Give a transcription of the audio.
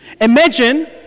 Imagine